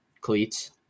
cleats